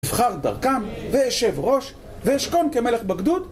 נבחר דרכם, ואשב ראש, ואשכון כמלך בגדוד